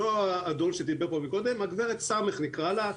אותה תלונה,